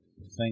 thank